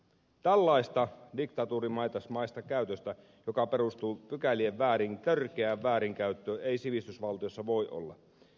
tällaista diktatuurimaista käytöstä joka perustuu pykälien törkeään väärinkäyttöön ei sivistysvaltiossa voi olla